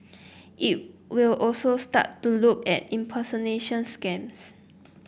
it will also start to look at impersonation scams